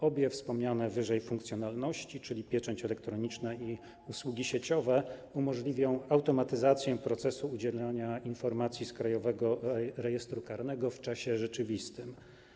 Obie wspomniane wyżej funkcjonalności, czyli pieczęć elektroniczna i usługi sieciowe, umożliwią automatyzację procesu udzielania informacji z Krajowego Rejestru Karnego w czasie rzeczywistym.